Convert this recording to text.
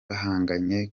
bahanganye